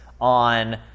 on